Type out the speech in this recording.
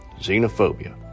xenophobia